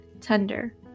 tender